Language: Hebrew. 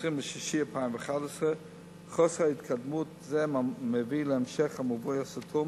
20 ביוני 2011. חוסר התקדמות זה מביא להמשך המבוי הסתום